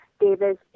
Davis